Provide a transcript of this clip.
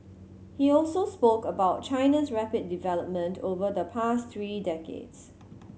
he also spoke about China's rapid development over the past three decades